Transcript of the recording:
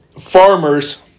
farmers